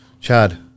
Chad